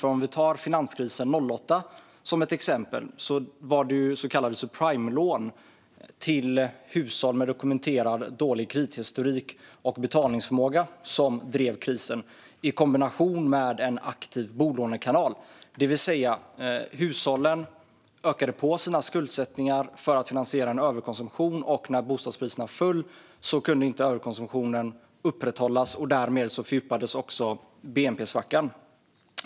Om vi tar finanskrisen 2008 som exempel kan vi se att det var så kallade subprimelån till hushåll med dokumenterat dålig kredithistorik och dålig betalningsförmåga som drev fram krisen i kombination med en aktiv bolånekanal. Det vill säga att hushållen ökade sin skuldsättning för att finansiera en överkonsumtion, och när bostadspriserna sedan föll kunde överkonsumtionen inte upprätthållas. Därmed fördjupades också bnp-svackan.